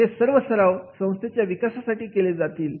हे सर्व सराव संस्थाच्या विकासासाठी केले जातील